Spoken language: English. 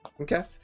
Okay